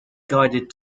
guided